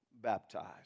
baptized